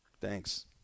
Thanks